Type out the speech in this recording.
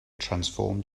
transformed